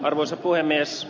arvoisa puhemies